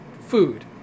food